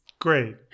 Great